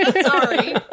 Sorry